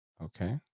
Okay